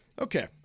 Okay